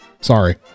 Sorry